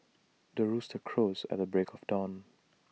the rooster crows at the break of dawn